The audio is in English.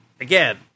again